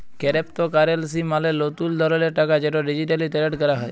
কেরেপ্তকারেলসি মালে লতুল ধরলের টাকা যেট ডিজিটালি টেরেড ক্যরা হ্যয়